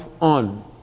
on